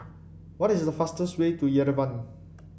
what is the fastest way to Yerevan